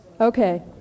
Okay